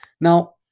Now